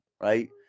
right